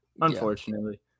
Unfortunately